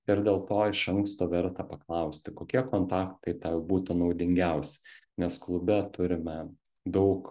ir dėl to iš anksto verta paklausti kokie kontaktai tau būtų naudingiausi nes klube turime daug